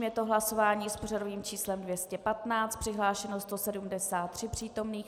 Je to hlasování s pořadovým číslem 215. Přihlášeno 173 přítomných.